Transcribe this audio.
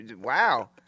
wow